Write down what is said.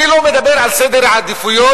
אני לא מדבר על סדר עדיפויות,